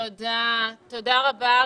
אריה, תודה רבה.